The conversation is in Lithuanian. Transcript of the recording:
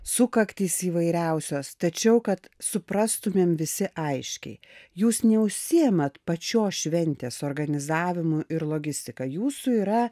sukaktys įvairiausios tačiau kad suprastumėm visi aiškiai jūs neužsiėmat pačios šventės organizavimu ir logistika jūsų yra